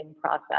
process